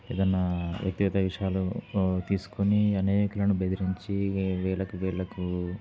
ఏదైనా వ్యక్తిగత విషయాలు తీసుకుని అనేకులను బెదిరించి వేలకు వేలకు